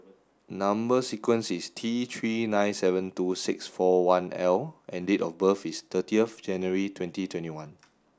number sequence is T three nine seven two six four one L and date of birth is thirty of January twenty twenty one